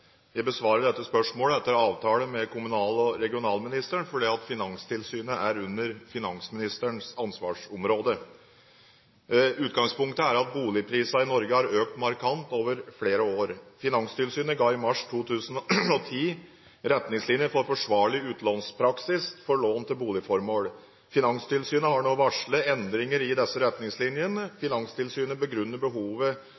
Jeg besvarer dette spørsmålet etter avtale med kommunal- og regionalministeren fordi Finanstilsynet er under finansministerens ansvarsområde. Utgangspunktet er at boligprisene i Norge har økt markant over flere år. Finanstilsynet ga i mars 2010 retningslinjer for forsvarlig utlånspraksis for lån til boligformål. Finanstilsynet har nå varslet endringer i disse retningslinjene.